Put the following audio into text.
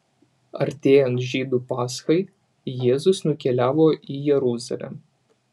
artėjant žydų paschai jėzus nukeliavo į jeruzalę